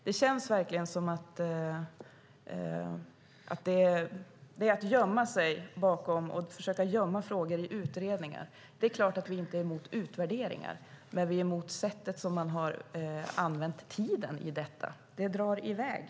Det känns verkligen som att man försöker gömma frågor i utredningar. Det är klart att vi inte är emot utvärderingar, men vi är emot det sätt som man har använt tiden på i detta. Det drar iväg.